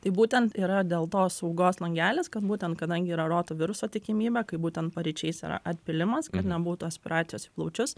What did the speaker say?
tai būtent yra dėl to saugos langelis kad būtent kadangi yra roto viruso tikimybė kai būtent paryčiais yra atpylimas kad nebūtų aspiracijos į plaučius